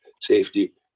safety